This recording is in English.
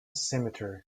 cemetery